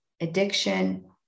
addiction